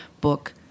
book